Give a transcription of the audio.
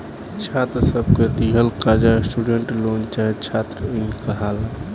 छात्र सब के दिहल कर्जा स्टूडेंट लोन चाहे छात्र इन कहाला